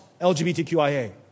LGBTQIA